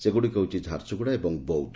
ସେଗୁଡ଼ିକ ହେଉଛି ଝାରସୁଗୁଡ଼ା ଏବଂ ବୌଦ୍ଦ